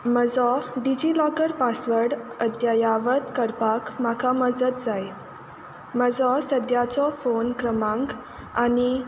म्हजो DigiLocker password अद्यावत करपाक म्हाका मदत जाय म्हजो सद्याचो फोन क्रमांक आनी